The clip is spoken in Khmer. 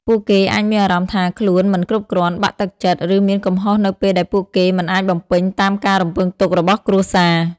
ពួកគេអាចមានអារម្មណ៍ថាខ្លួនមិនគ្រប់គ្រាន់ បាក់ទឹកចិត្ត ឬមានកំហុសនៅពេលដែលពួកគេមិនអាចបំពេញតាមការរំពឹងទុករបស់គ្រួសារ។